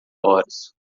horas